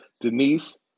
Denise